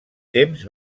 temps